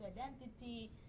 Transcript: identity